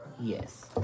Yes